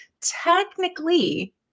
technically